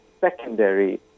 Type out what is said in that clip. secondary